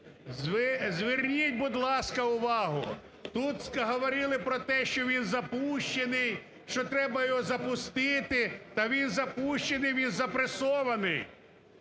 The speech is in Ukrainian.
зверніть, будь ласка, увагу тут говорили про те, що він запущений, що треба його запустити та він запущений, він запресований.